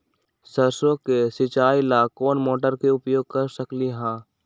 सरसों के सिचाई ला कोंन मोटर के उपयोग कर सकली ह?